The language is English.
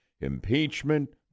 impeachment